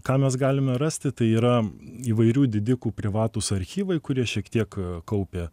ką mes galime rasti tai yra įvairių didikų privatūs archyvai kurie šiek tiek kaupia